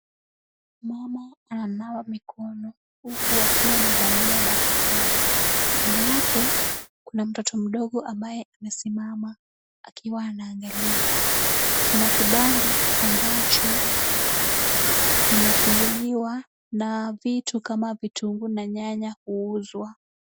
Mama ana nsawa mikono huku akiwa amevalia barakoa. Kando yake kuna mtoto mdogo ambaye amesimama akiwa anaangalia. Kina kibanda ambacho imefunguliwa na vitu kama vitunguu na nyanya kuuzwa.